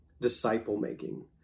Disciple-making